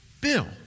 Bill